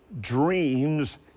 dreams